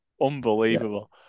Unbelievable